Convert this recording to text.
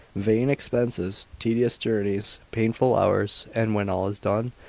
vain expenses, tedious journeys, painful hours and when all is done,